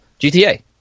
GTA